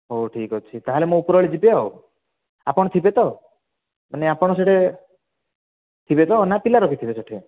ହଉ ଠିକ୍ ଅଛି ତା'ହେଲେ ମୁଁ ଓପର ଓଳି ଯିବି ଆଉ ଆପଣ ଥିବେ ତ ମାନେ ଆପଣ ସିଆଡ଼େ ଥିବେ ତ ନା ପିଲା ରହିଥିବେ ସେଠି